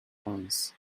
trance